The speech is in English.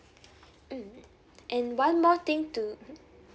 mm and one more thing to